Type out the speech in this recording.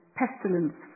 pestilence